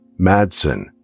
Madsen